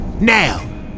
Now